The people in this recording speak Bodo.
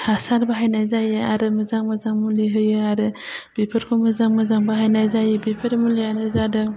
हासार बाहायनाय जायो आरो मोजां मोजां मुलि होयो आरो बिफोरखौ मोजां मोजां बाहायनाय जायो बिफोर मुलियानो जादों